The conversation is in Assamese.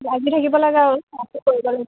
লাগি থাকিব লাগে আৰু কৰিব লাগিব